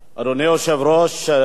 אדוני היושב-ראש,